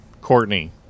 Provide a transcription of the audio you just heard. Courtney